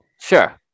sure